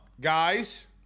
guys